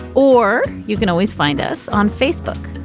or you can always find us on facebook.